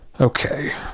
Okay